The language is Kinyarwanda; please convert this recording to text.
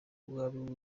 nk’umwami